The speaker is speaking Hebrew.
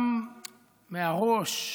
גם מהראש,